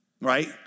right